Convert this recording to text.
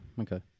Okay